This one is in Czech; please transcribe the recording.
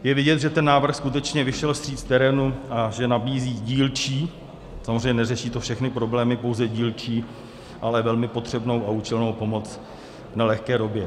Je vidět, že ten návrh skutečně vyšel vstříc terénu a že nabízí dílčí samozřejmě to neřeší všechny problémy, pouze dílčí , ale velmi potřebnou a účelnou pomoc v nelehké době.